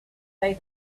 say